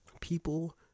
People